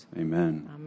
Amen